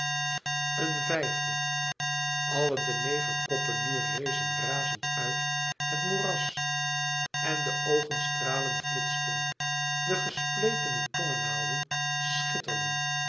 een vijfde alle de negen koppen nu rezen razende uit het moeras en de oogenstralen flitsten de gespletene tongenaalden schitterden